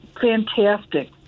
fantastic